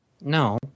No